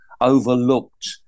overlooked